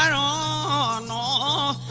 o